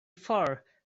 far